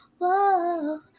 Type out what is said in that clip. whoa